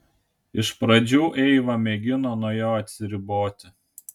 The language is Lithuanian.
iš pradžių eiva mėgino nuo jo atsiriboti